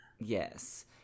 Yes